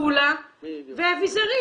דולה ואביזרים.